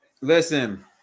Listen